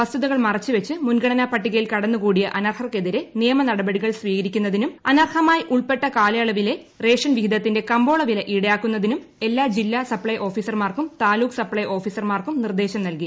വസ്തുതകൾ മറച്ചുവച്ച് മുൻഗണനാ പട്ടികയിൽ കടന്നുകൂടിയ അനർഹർക്കെതിരെ നിയമനടപടികൾ സ്വീകരിക്കുന്നതിനും അനർഹമായി ഉൾപ്പെട്ട കാലയളവിലെ റേഷൻ വിഹിതത്തിന്റെ കമ്പോളവില ഈടാക്കുന്നതിനും എല്ലാ ജില്ലാ സപ്ലൈ ഓഫീസർമാർക്കും താലൂക്ക് സപ്പൈ ഓഫീസർമാർക്കും നിർദ്ദേശം നൽകി